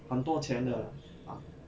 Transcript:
很多钱的 ah